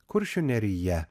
kuršių nerija